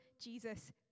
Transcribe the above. Jesus